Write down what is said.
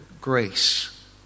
grace